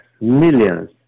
millions